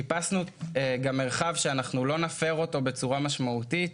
חיפשנו מרחב שלא נפר אותו בצורה משמעותית.